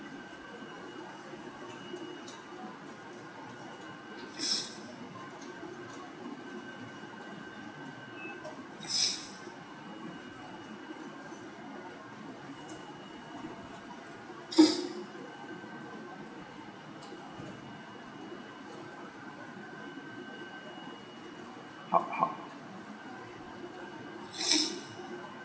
ha ha